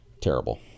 terrible